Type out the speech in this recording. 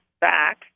Back